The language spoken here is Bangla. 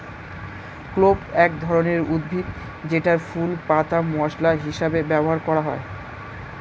ক্লোভ এক ধরনের উদ্ভিদ যেটার ফুল, পাতা মসলা হিসেবে ব্যবহার করা হয়